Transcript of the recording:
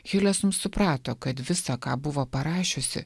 hiles suprato kad visa ką buvo parašiusi